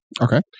okay